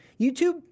YouTube